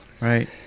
Right